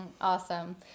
awesome